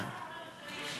למה שרת המשפטים משיבה?